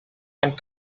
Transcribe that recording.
and